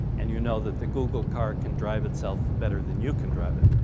and you know that the google car can drive itself better than you can drive it.